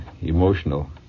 emotional